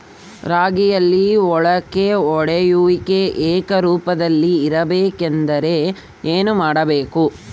ರಾಗಿಯಲ್ಲಿ ಮೊಳಕೆ ಒಡೆಯುವಿಕೆ ಏಕರೂಪದಲ್ಲಿ ಇರಬೇಕೆಂದರೆ ಏನು ಮಾಡಬೇಕು?